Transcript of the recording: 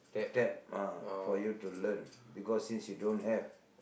tab ah for you to learn because since you don't have